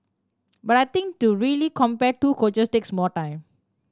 but I think to really compare two coaches takes more time